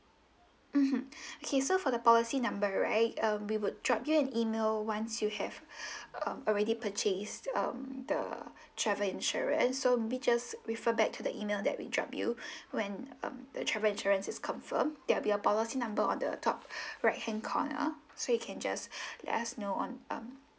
mmhmm okay so for the policy number right um we would drop you an email once you have um already purchased um the travel insurance so maybe just refer back to the email that we drop you when um the travel insurance is confirmed there'll be a policy number on the top right hand corner so you can just let us know on um